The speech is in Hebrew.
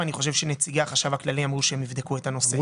ואני חושב שנציגי החשב הכללי אמרו שהם יבדקו את הנושא.